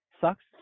Sucks